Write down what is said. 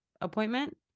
appointment